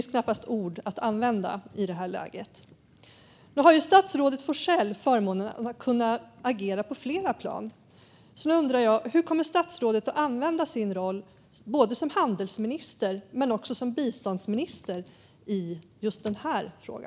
Statsrådet Forssell har förmånen att kunna agera på flera plan. Jag undrar hur han kommer att använda sin roll som handelsminister men också som biståndsminister i just denna fråga.